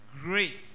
great